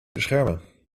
beschermen